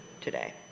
today